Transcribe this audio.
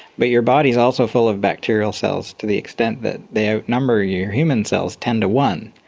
but your body is also full of bacterial cells, to the extent that they outnumber your human cells ten to one.